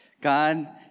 God